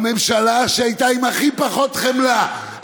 בממשלה שהייתה עם הכי פחות חמלה,